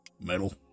Metal